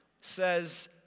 says